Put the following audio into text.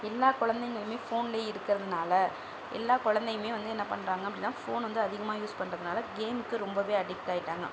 எல்லா குழந்தைங்களுமே ஃபோன்லே இருக்கிறதுனால எல்லா குழந்தையுமே வந்து என்ன பண்ணுறாங்க அப்படின்னா ஃபோன் வந்து அதிகமாக யூஸ் பண்ணுறதுனால கேம்க்கு ரொம்பவே அடிக்ட் ஆகிட்டாங்க